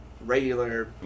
regular